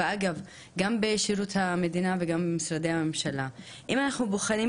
אגב גם בשירות המדינה וגם במשרדי הממשלה אגב,